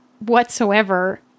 whatsoever